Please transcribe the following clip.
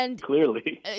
Clearly